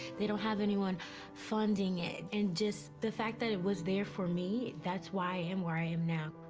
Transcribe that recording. they don't have anyone funding it, and just the fact that it was there for me, that's why i am where i am now.